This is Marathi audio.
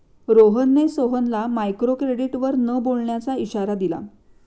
रोहनने सोहनला मायक्रोक्रेडिटवर न बोलण्याचा इशारा दिला